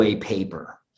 paper